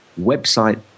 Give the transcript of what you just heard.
website